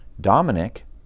Dominic